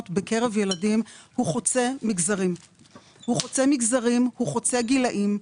בקרב ילדים הוא חוצה מגזרים והוא חוצה גילים.